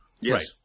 Yes